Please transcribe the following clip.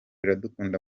iradukunda